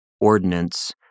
ordinance